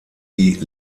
die